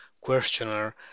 questioner